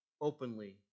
openly